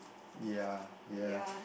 ya ya